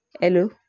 hello